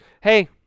Hey